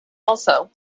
also